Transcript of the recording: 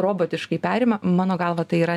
robotiškai perima mano galva tai yra